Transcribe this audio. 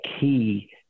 key